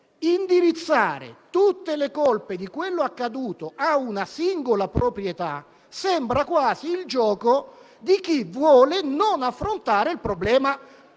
indirizzare, però, tutte le colpe di quanto accaduto alla singola proprietà sembra quasi il gioco di chi vuole non affrontare il problema,